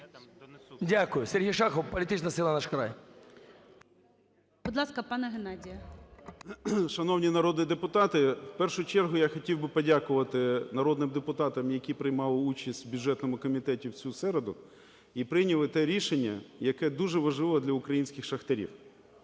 Дякую. Сергіій Шахов, політична сила "Наш край". ГОЛОВУЮЧИЙ. Будь ласка, пане Геннадію. 10:35:08 ЗУБКО Г.Г. Шановні народні депутати, в першу чергу я хотів би подякувати народним депутатам, які приймали участь в бюджетному комітеті в цю середу і прийняли те рішення, яке дуже важливе для українських шахтарів.